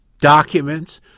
Documents